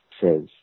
says